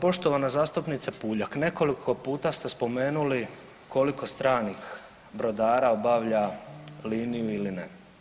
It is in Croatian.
Poštovana zastupnice Puljak, nekoliko puta ste spomenuli koliko stranih brodara obavlja liniju ili ne.